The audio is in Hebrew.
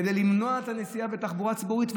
כדי למנוע את הנסיעה בתחבורה הציבורית?